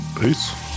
Peace